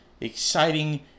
exciting